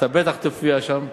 ואתה בטח תופיע שם.